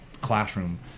classroom